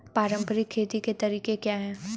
पारंपरिक खेती के तरीके क्या हैं?